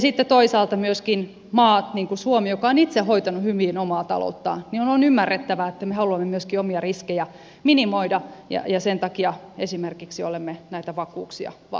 sitten toisaalta kun on myöskin maita niin kuin suomi jotka ovat itse hoitaneet hyvin omaa talouttaan niin on ymmärrettävää että me haluamme myöskin omia riskejä minimoida ja sen takia esimerkiksi olemme näitä vakuuksia va